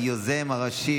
היוזם הראשי,